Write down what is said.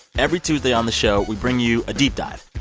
every tuesday on the show, we bring you a deep dive.